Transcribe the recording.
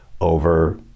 over